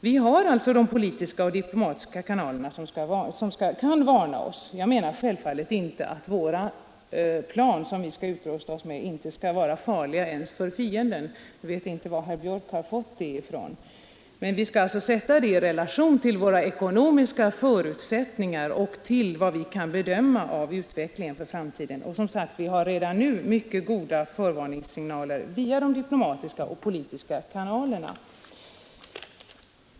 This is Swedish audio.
Vi har politiska och diplomatiska kanaler som kan varna oss Jag menar självfallet inte att planen som vi utrustar oss med inte skall vara farliga ens för fienden — jag vet inte var herr Björck har fått det ifrån men vi skall sätta kostnaderna i relation till våra ekonomiska förutsättningar och till vad vi kan bedöma" om utvecklingen för framtiden. Vi har, som sagt, redan nu mycket goda varningssignaler via de diplomatiska och politiska kanalerna.